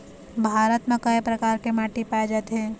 भारत म कय प्रकार के माटी पाए जाथे?